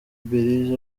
belise